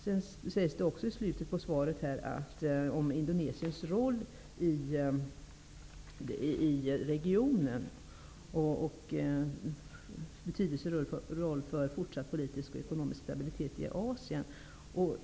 Sedan talar statsrådet i slutet av svaret om Indonesiens betydelsefulla roll i regionen för fortsatt politisk och ekonomisk stabilitet i Asien.